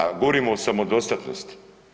A govorimo o samodostatnosti.